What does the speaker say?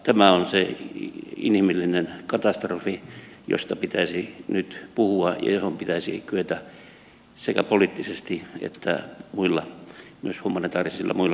tämä on se inhimillinen katastrofi josta pitäisi nyt puhua ja johon pitäisi kyetä sekä poliittisesti että muilla myös humanitäärisillä keinoilla puuttua